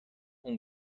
اون